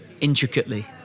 intricately